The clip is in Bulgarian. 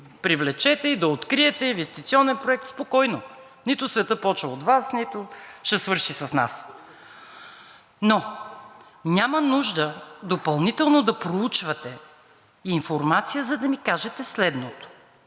привлечете и да откриете инвестиционен проект. Спокойно, нито светът започва от Вас, нито ще свърши с нас. Няма нужда допълнително да проучвате информация, за да ми кажете следното: